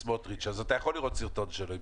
סמוטריץ' אז אתה יכול לראות סרטון שלו.